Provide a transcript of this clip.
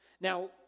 now